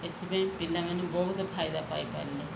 ଏଥିପାଇଁ ପିଲାମାନେ ବହୁତ ଫାଇଦା ପାଇପାରିଲେ